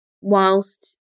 whilst